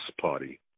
party